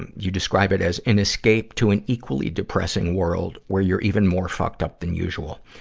and you describe it as an escape to an equally depressing world, where you're even more fucked up than usual.